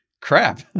Crap